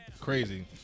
crazy